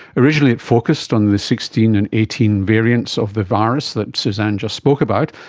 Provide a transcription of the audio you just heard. originally it focused on the sixteen and eighteen variants of the virus that suzanne just spoke about,